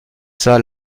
ça